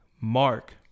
mark